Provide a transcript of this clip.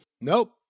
Nope